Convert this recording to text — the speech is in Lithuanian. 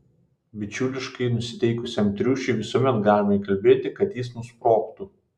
bičiuliškai nusiteikusiam triušiui visuomet galima įkalbėti kad jis nusprogtų